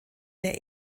der